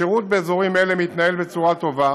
השירות באזורים אלה מתנהל בצורה טובה